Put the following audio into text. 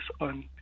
on